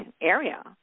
area